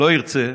לא ירצה,